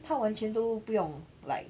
他完全都不用 like